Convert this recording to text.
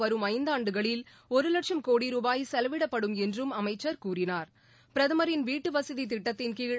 வரும் ஐந்தாண்டுகளில் ஒரு வட்சம் கோடி ரூபாய் செலவிடப்படும் என்றும் அமைச்சர் கூறினார் பிரதமரின் வீட்டுவசதி திட்டத்தின்கீழ்